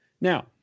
Now